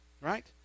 right